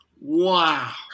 Wow